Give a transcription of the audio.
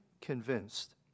convinced